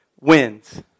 wins